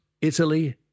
italy